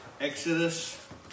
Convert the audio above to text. Exodus